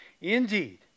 Indeed